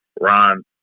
Ron